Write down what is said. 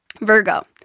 virgo